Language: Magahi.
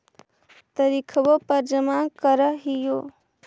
तरिखवे पर जमा करहिओ?